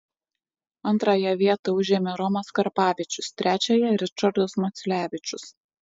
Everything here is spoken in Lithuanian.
antrąją vietą užėmė romas karpavičius trečiąją ričardas maculevičius